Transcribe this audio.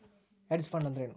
Hedge fund ಅಂದ್ರೇನು?